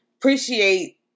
appreciate